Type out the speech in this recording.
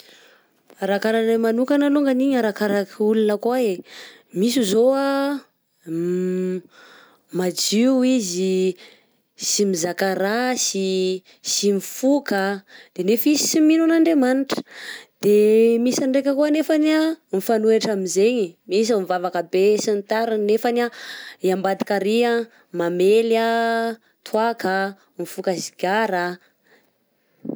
Arakaraka anahy manokana longany, arakaraka olona koa e, misy zao a, madio izy, sy mizaka rasy, nefa izy sy mino An'andremanitra, de de misy ndraiky koa anefa, fanoitra amzeny, misy mivavaka be, sy ny tariny, nefany a ambadika arÿ mamely toaka a mifoka sigara a.